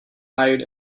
hired